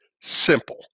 simple